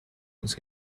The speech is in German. uns